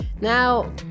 now